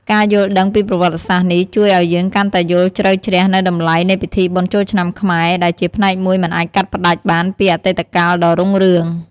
ការយល់ដឹងពីប្រវត្តិសាស្រ្តនេះ ជួយឲ្យយើងកាន់តែយល់ជ្រៅជ្រះនូវតម្លៃនៃពិធីបុណ្យចូលឆ្នាំខ្មែរ ដែលជាផ្នែកមួយមិនអាចកាត់ផ្ដាច់បានពីអតីតកាលដ៏រុងរឿង។